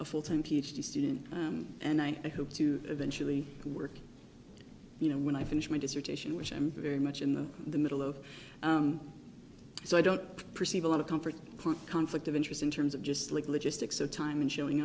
a full time ph d student and i hope to eventually work you know when i finish my dissertation which i'm very much in the the middle of so i don't perceive a lot of comfort conflict of interest in terms of just like logistics of time and showing